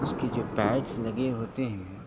اس کے جو پیڈس لگے ہوتے ہیں